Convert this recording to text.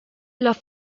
los